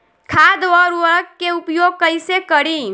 खाद व उर्वरक के उपयोग कईसे करी?